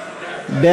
לשנת התקציב 2016,